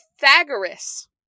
Pythagoras